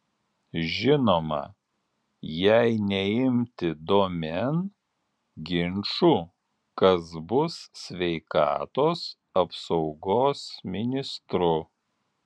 žinoma jei neimti domėn ginčų kas bus sveikatos apsaugos ministru